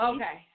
Okay